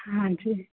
ਹਾਂਜੀ